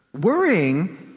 worrying